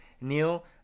Neil